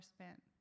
spent